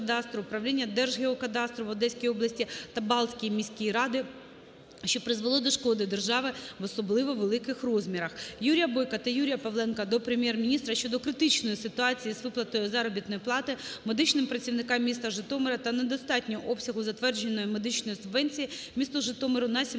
управління Держгеокадастру в Одеській області та Балтської міської ради, що призвело до шкоди державі в особливо великих розмірах. Юрія Бойка та Юрія Павленка до Прем'єр-міністра щодо критичної ситуації з виплатою заробітної плати медичним працівникам міста Житомира та недостатнього обсягу затвердженої медичної субвенції місту Житомиру на